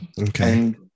Okay